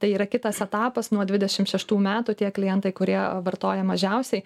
tai yra kitas etapas nuo dvidešim šeštų metų tie klientai kurie vartoja mažiausiai